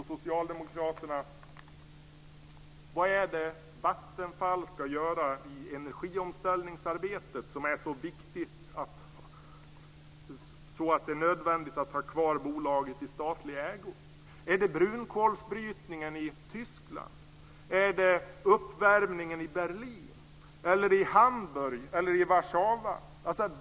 Socialdemokraterna vad Vattenfall ska göra i energiomställningsarbetet som är så viktigt att det är nödvändigt att ha kvar bolaget i statlig ägo. Är det brunkolsbrytningen i Tyskland? Är det uppvärmningen i Berlin, Hamburg eller Warszawa?